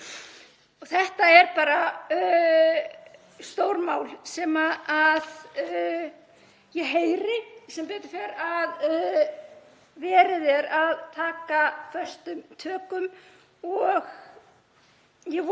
Þetta er bara stórmál sem ég heyri sem betur fer að verið er að taka föstum tökum og ég vona